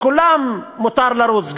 לכולם מותר לרוץ,